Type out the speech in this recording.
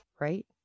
Right